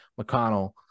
McConnell